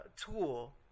tool